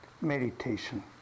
meditation